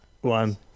one